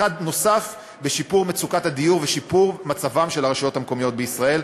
נוסף בשיפור מצוקת הדיור ושיפור מצבן של הרשויות המקומיות בישראל.